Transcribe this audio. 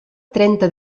trenta